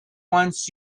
wants